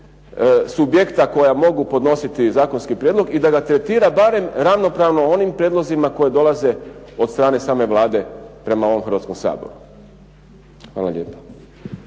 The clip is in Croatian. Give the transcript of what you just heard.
subjekta koja mogu podnositi zakonski prijedlog i da ga tretira barem ravnopravno onim prijedlozima koji dolaze od strane same Vlade prema ovom Hrvatskom saboru. Hvala lijepo.